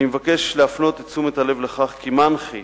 אני מבקש להפנות את תשומת הלב לכך כי מנח"י